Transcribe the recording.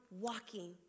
walking